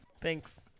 Thanks